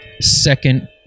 second